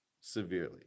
severely